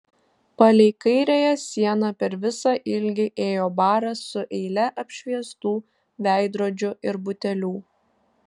palei kairiąją sieną per visą ilgį ėjo baras su eile apšviestų veidrodžių ir butelių